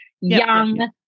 Young